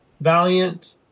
Valiant